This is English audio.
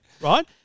Right